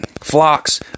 flocks